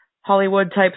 Hollywood-type